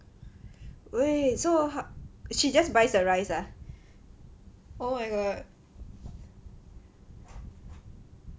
wait so she just buys the rice ah oh my god